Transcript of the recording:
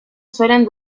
suelen